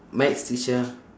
maths teacher